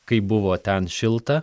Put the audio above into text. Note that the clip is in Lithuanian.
kaip buvo ten šilta